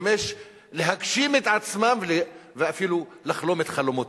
להגשים את עצמם ואפילו לחלום את חלומותיהם.